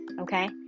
okay